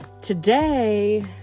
today